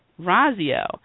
Razio